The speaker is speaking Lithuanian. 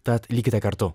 tad likite kartu